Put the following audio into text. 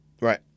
right